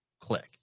click